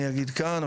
אני אגיד כאן,